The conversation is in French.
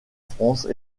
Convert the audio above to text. france